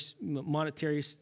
monetary